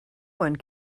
one